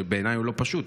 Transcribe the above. בעיניי הוא לא פשוט,